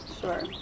Sure